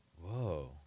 Whoa